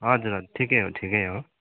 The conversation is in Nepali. हजुर हजुर ठिकै हो ठिकै हो